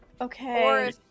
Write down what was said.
Okay